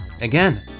Again